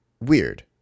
weird